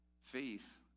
Faith